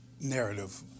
narrative